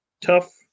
tough